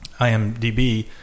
IMDb